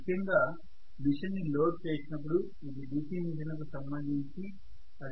ముఖ్యంగా మెషిన్ ని లోడ్ చేసినపుడు ఇది DC మెషిన్లకు సంబంధించి అతి పెద్ద సమస్యగా అనుకోవచ్చు